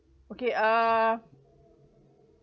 okay uh